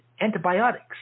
antibiotics